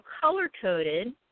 color-coded